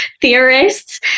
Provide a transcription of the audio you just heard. theorists